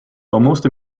almost